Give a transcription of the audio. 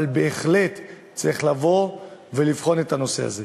אבל בהחלט צריך לבוא ולבחון את הנושא הזה.